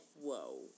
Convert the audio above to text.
whoa